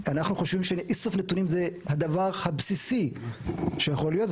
אנחנו חושבים שאיסוף נתונים הוא הדבר הבסיסי שיכול להיות,